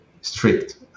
Strict